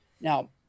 Now